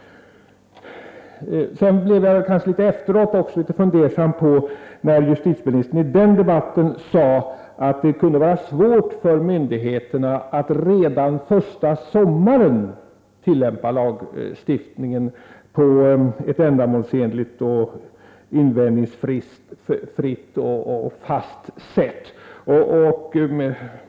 Efteråt blev jag också litet fundersam över att justitieministern i den debatten sade att det kunde vara svårt för myndigheterna att redan första sommaren tillämpa lagstiftningen på ett fast, ändamålsenligt och invändningsfritt sätt.